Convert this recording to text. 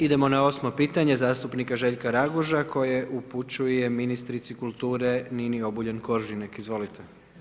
Idemo na 8 pitanje, zastupnika Željka Raguža, koje upućuje ministrici kulture Nini Obuljen Koržinek, izvolite.